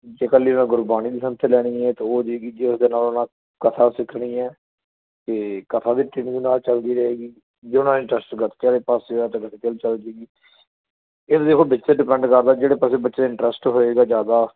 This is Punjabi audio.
ਜੇ ਇਕੱਲੀ ਗੁਰਬਾਣੀ ਦੀ ਸੰਥਿਆ ਲੈਣੀ ਏ ਤਾਂ ਉਹ ਹੋ ਜਾਏਗੀ ਜੇ ਉਹਦੇ ਨਾਲ ਨਾਲ ਕਥਾ ਸਿੱਖਣੀ ਹੈ ਤਾਂ ਕਥਾ ਵੀ ਟ੍ਰੇਨਿੰਗ ਨਾਲ ਚਲਦੀ ਰਹੇਗੀ ਜੇ ਉਹਨਾ ਦਾ ਇੰਟਰਸਟ ਗਤਕੇ ਵਾਲੇ ਪਾਸੇ ਹੈ ਤਾਂ ਗਤਕੇ ਦੀ ਚੱਲ ਜਾਏਗੀ ਇਹ ਦੇਖੋ ਬੱਚੇ ਡਿਪੈਂਡ ਕਰਦਾ ਜਿਹੜੇ ਪਾਸੇ ਬੱਚੇ ਦਾ ਇੰਟਰਸਟ ਹੋਏਗਾ ਜ਼ਿਆਦਾ